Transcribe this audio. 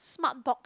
smart box